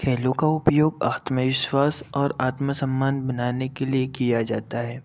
खेलों का उपयोग आत्मविश्वास और आत्मसम्मान बनाने के लिए किया जाता है